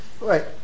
Right